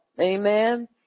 Amen